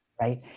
right